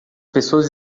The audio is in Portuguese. pessoas